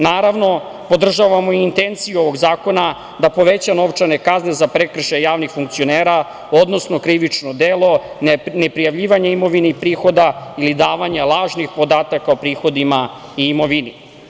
Naravno, podržavamo i intenciju ovog zakona da poveća novčane kazne za prekršaj javnih funkcionera, odnosno krivično delo neprijavljivanja imovine ili prihoda ili davanje lažnih podataka o prihodima i imovini.